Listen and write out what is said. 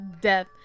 death